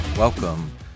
Welcome